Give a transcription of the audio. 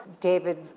David